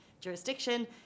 jurisdiction